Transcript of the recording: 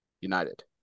united